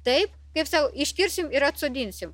taip kaip sau iškirsim ir atsodinsim